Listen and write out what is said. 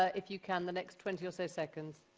ah if you can, the next twenty or so seconds.